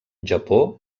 japó